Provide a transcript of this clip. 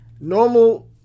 normal